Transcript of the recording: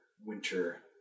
winter